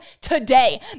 today